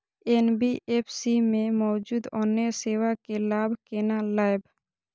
NBFC में मौजूद अन्य सेवा के लाभ केना लैब?